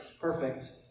perfect